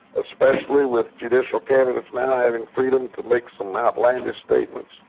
especially with judicial candidates now having freedom to make some outlandish statements.